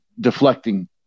deflecting